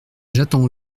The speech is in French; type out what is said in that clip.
j’attends